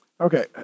Okay